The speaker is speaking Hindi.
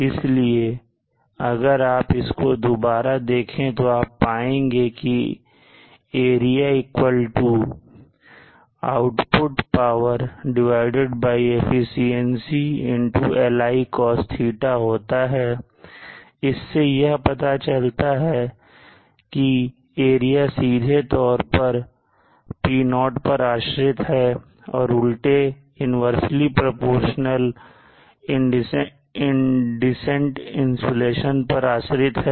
इसलिए अगर आप इसको दोबारा देखें तो आप पाएंगे की A P0 efficiencyLi Cosθ होता है इससे यह पता चलता है कि A सीधे तौर पर P0 पर आश्रित है और उल्टे तौर पर इंसिडेंट इंसुलेशन पर आश्रित है